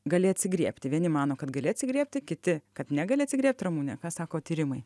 gali atsigriebti vieni mano kad gali atsigriebti kiti kad negali atsigriebt ramune ką sako tyrimai